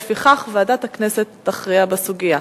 לפיכך, ועדת הכנסת תכריע בסוגיה.